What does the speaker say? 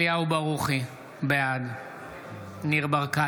אליהו ברוכי, בעד ניר ברקת,